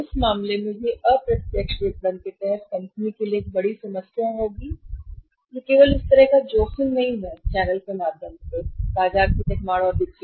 उस मामले में यह अप्रत्यक्ष विपणन के तहत कंपनी के लिए एक बड़ी समस्या होगी केवल इस तरह का कोई जोखिम नहीं है चैनलों के माध्यम से बाजार में निर्माण और बिक्री